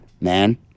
Man